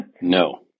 No